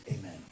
Amen